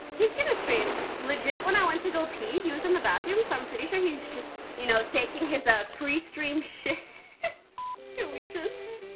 he's gonna stream legit when i went to go pee he was in the bathroom, so i'm pretty sure he's just you know taking his a pre stream shit can we just